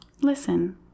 listen